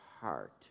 heart